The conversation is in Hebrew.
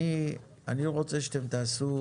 אני רוצה שאתם תעשו